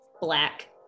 black